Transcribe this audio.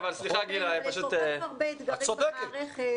יש כל כך הרבה אתגרים במערכת